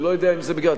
אני לא יודע אם זה בגלל,